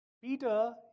Peter